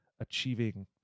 achieving